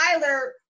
tyler